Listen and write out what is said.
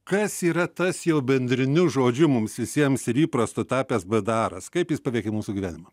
kas yra tas jau bendriniu žodžiu mums visiems ir įprastu tapęs bdaras kaip jis paveikė mūsų gyvenimą